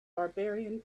barbarian